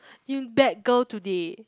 you bad girl today